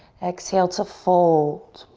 exhale to fold.